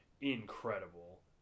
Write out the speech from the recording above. incredible